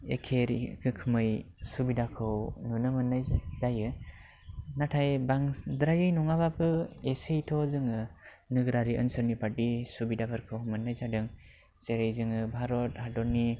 एखे रोखोमै सुबिदाखौ नुनो मोननाय जायो नाथाय बांद्राय नङाबाबो एसेथ' जोङो नोगोरारि ओनसोलनि बादि सुबिदाफोरखौ मोननाय जादों जेरै जोङो भारत हादरनि